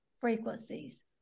frequencies